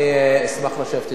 אני אשמח לשבת אתך,